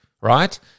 right